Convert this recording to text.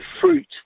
fruit